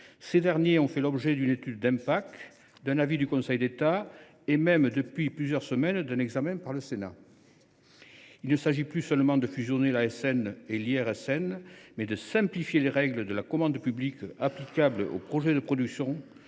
déposés. Ils ont fait l’objet d’une étude d’impact, d’un avis du Conseil d’État et même, depuis plusieurs semaines, d’un examen par le Sénat. Il ne s’agit plus seulement de fusionner l’ASN et l’IRSN, mais de simplifier les règles de la commande publique applicables aux projets de production,